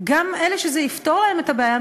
גם אלה שזה יפתור להם את הבעיה,